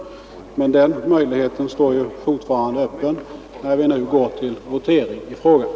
Men den möjligheten står ju fortfarande öppen när vi nu går till votering i frågan.